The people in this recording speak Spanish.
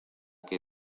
que